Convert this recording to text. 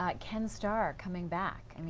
like ken starr coming back. i mean